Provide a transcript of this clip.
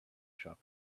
shop